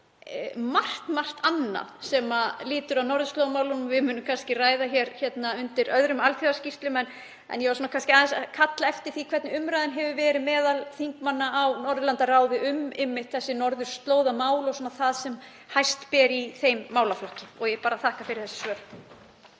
er margt annað sem lýtur að norðurslóðamálum og við munum kannski ræða undir öðrum alþjóðaskýrslum. Ég var aðeins að kalla eftir því hvernig umræðan hefur verið meðal þingmanna í Norðurlandaráði um norðurslóðamál og það sem hæst ber í þeim málaflokki og ég þakka fyrir þessi svör.